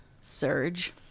Surge